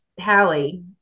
Hallie